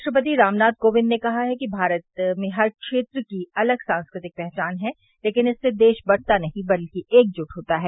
राष्ट्रपति रामनाथ कोविंद ने कहा है कि भारत में हर क्षेत्र की अलग सांस्कृतिक पहचान है लेकिन इससे देश बंटता नहीं बल्कि एकजुट होता है